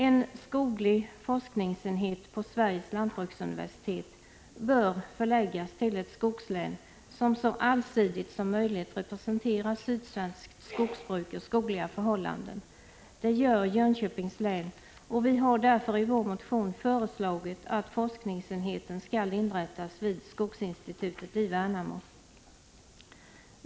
En skoglig forskningsenhet på Sveriges lantbruksuniversitet bör förläggas till ett skogslän som så allsidigt som möjligt representerar sydsvenskt skogsbruk och skogliga förhållanden. Det gör Jönköpings län, och vi har därför i vår motion föreslagit att forskningsenheten skall inrättas vid skogsinstitutet i Värnamo.